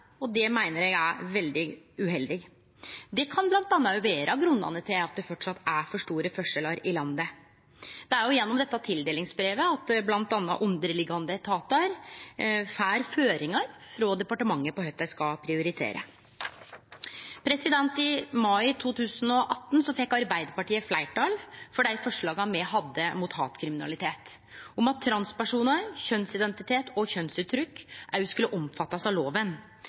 og det meiner eg er veldig uheldig. Det kan bl.a. vere ein av grunnane til at det framleis er for store forskjellar i landet. Det er gjennom tildelingsbrevet at bl.a. underliggjande etatar får føringar frå departementet om kva dei skal prioritere. I mai 2018 fekk Arbeidarpartiet fleirtal for dei forslaga me hadde mot hatkriminalitet om at transpersonar, kjønnsidentitet og kjønnsuttrykk òg skulle bli omfatta av loven.